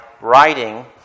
writing